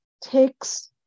takes